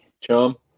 Chum